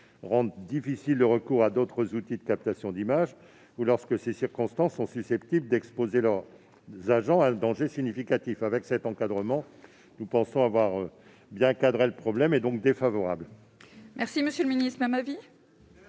rendent difficile le recours à d'autres outils de captation d'images ou lorsque ces circonstances sont susceptibles d'exposer les agents à un danger significatif. Avec le dispositif proposé, nous pensons avoir bien encadré le problème. Avis défavorable.